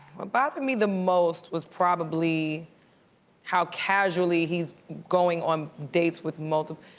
what bothered me the most was probably how casually he's going on dates with multiple.